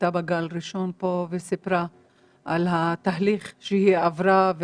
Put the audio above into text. שהייתה בגל הראשון פה וסיפרה על התהליך שהיא עברה,